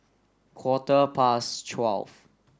quarter past twelve